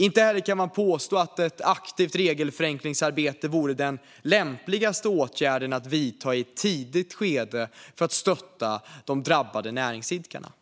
Inte heller kan man påstå att ett aktivt regelförenklingsarbete vore den lämpligaste åtgärden att vidta i ett tidigt skede för att stötta de drabbade näringsidkarna.